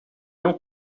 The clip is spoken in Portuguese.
não